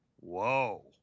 Whoa